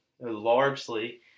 Largely